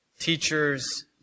Teachers